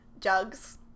jugs